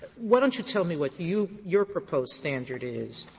why don't you tell me what you your proposed standard is.